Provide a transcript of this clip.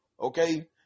okay